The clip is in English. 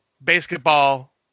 Basketball